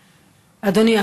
אדוני,